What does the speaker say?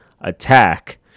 attack